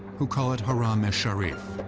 who call it haram esh-sharif,